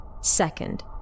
Second